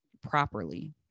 properly